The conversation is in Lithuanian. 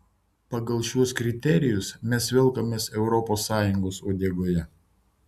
pagal šiuos kriterijus mes velkamės es uodegoje